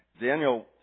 Daniel